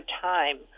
time